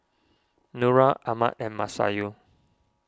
Nura Ahmad and Masayu